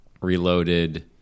Reloaded